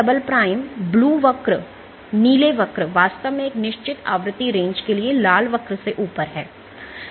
तो G" blue वक्र वास्तव में एक निश्चित आवृत्ति रेंज के लिए लाल वक्र से ऊपर है